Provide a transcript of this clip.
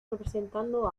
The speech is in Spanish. representando